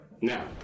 Now